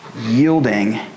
yielding